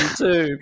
two